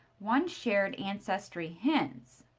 one shared ancestry hints.